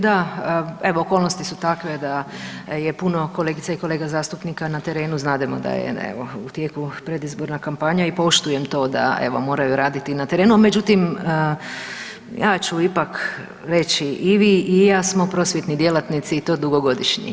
Da evo, okolnosti su takve da je puno kolegica i kolega zastupnika na terenu, znademo da je vo u tijeku predizborna kampanja i poštujem to da evo, moraju raditi na terenu, međutim ja ću ipak reći, i vi i ja smo prosvjetni djelatnici i to dugogodišnji.